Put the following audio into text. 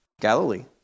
Galilee